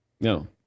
No